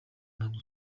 ntabwo